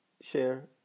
share